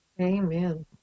Amen